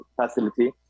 facility